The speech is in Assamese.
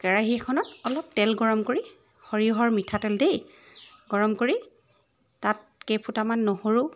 কেৰাহি এখনত অলপ তেল গৰম কৰি সৰিয়হৰ মিঠাতেল দেই গৰম কৰি তাত কেইফুটামান নহৰু